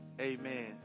amen